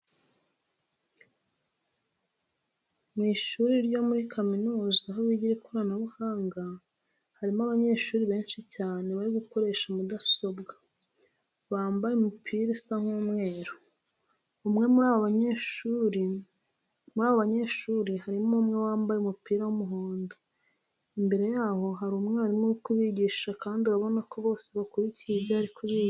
Mu ishuri ryo muri kaminuza aho bigira ikoranabuhanga harimo abanyeshuri benshi cyane bari gukoresha mudasobwa bambaye imipira isa nk'umweru. Muri abo banyeshuri harimo umwe wambaye umupira w'umuhondo. Imbere yabo hari umwarimu uri kubigisha kandi urabona ko bose bakurikiye ibyo ari kubigisha.